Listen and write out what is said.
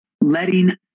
letting